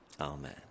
Amen